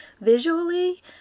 Visually